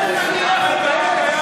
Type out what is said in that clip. מי היה מזכיר הממשלה?